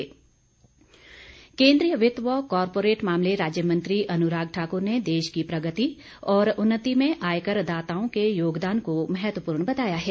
अनुराग ठाकुर केन्द्रीय वित्त व कॉरपोरेट मामले राज्य मंत्री अनुराग ठाकुर ने देश की प्रगति और उन्नति में आयकरदाताओं के योगदान को महत्वपूर्ण बताया है